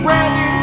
Ready